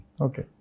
Okay